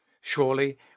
Surely